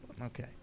Okay